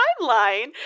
timeline